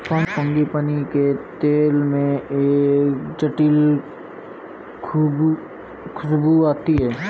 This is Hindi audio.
फ्रांगीपानी के तेल में एक जटिल खूशबू आती है